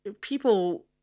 people